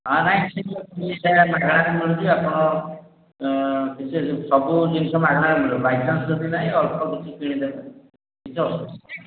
ହଁ ନାହିଁ ମାଗଣାରେ ମିଳୁଛିି ଆପଣ କିଛି ସବୁ ଜିନିଷ ମାଗଣାରେ ମିଳିବ ବାଇଚାନ୍ସ ଯଦି ନାହିଁ ଅଳ୍ପ କିଛି କିଣି ଦେବେ କିଛି ଅସୁବିଧା